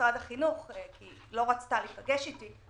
כי לא רצתה להיפגש אתי.